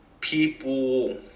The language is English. people